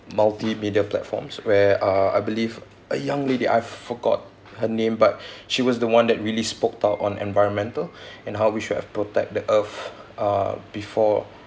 multimedia platforms where uh I believe a young lady I forgot her name but she was the one that really spoke out on environmental and how we should have protect the earth uh before